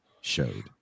showed